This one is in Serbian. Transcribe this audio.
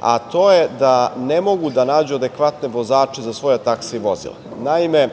a to je da ne mogu da nađu adekvatne vozače za svoja taksi vozila. Naime,